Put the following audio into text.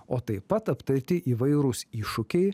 o taip pat aptarti įvairūs iššūkiai